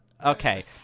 Okay